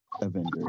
Avengers